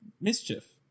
mischief